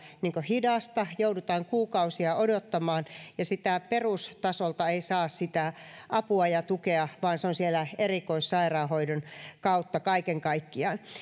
hidasta joudutaan kuukausia odottamaan eikä perustasolta saa sitä apua ja tukea vaan se on erikoissairaanhoidon kautta kaiken kaikkiaan